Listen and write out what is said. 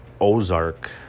Ozark